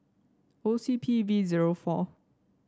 O C P V zero four